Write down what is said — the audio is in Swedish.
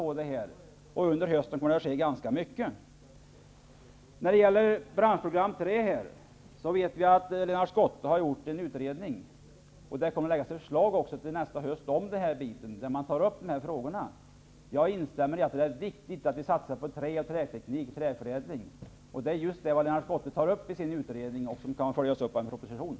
Under hösten kommer det att hända ganska mycket. Beträffande träbranschprogrammet vet vi att Lennart Schotte har gjort en utredning. Ett förslag kommer att läggas fram till hösten. Jag instämmer i att det är viktigt att vi satsar på trä och träförädling. Det är just vad Lennart Schotte tar upp i sin utredning som kan följas av en proposition.